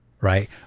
right